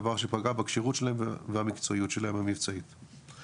דבר שפגע בכשירות שלהם והמקצועיות המבצעית שלהם.